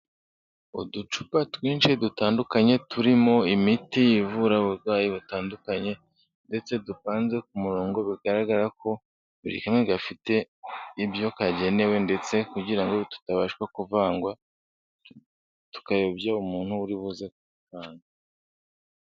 Uducupa twinshi dutandukanye turimo imiti ivura uburwayi butandukanye ndetse dupanze ku murongo bigaragara ko buri kamwe gafite ibyo kagenewe ndetse kugira tutabasha kuvangwa, tukayobya umuntu uri buze..